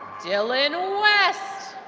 dylan west.